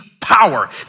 power